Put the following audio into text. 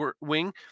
wing